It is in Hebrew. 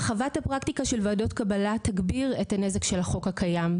הרחבת הפרקטיקה של ועדות קבלה תגביר את הנזק של החוק הקיים.